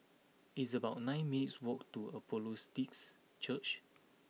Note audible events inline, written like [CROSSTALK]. it's about nine minutes' walk to [UNINTELLIGIBLE] Church